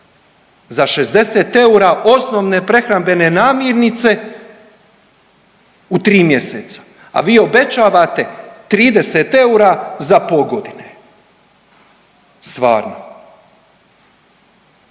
za 60 eura osnovne prehrambene namirnice u tri mjeseca, a vi obećavate 30 eura za po godine, stvarno?